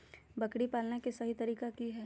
बकरी पालन के सही तरीका की हय?